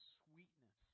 sweetness